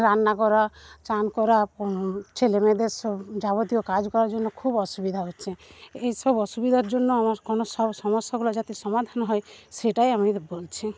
রান্না করা স্নান করা ছেলেমেয়েদের সব যাবতীয় কাজ করার জন্য খুব অসুবিধা হচ্ছে এইসব অসুবিধার জন্য আমার কোনও সব সমস্যাগুলো যাতে সমাধান হয় সেটাই আমি বলছি